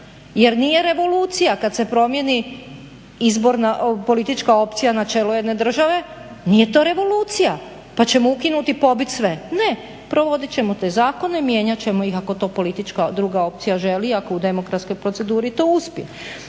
Jer nije revolucija kada se promijeni politička opcija na čelu jedne države, nije to revolucija, pa ćemo ukinuti i pobit sve. Ne, provodit ćemo te zakone, mijenjat ćemo ih ako to politička druga opcija želi, ako u demokratskoj proceduri to uspije.